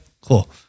cool